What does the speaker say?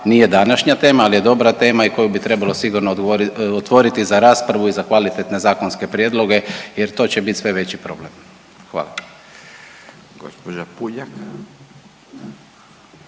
nije današnja tema, ali je dobra tema i koju bi trebalo sigurno otvoriti za raspravu i za kvalitetne zakonske prijedloge jer to će biti sve veći problem. Hvala.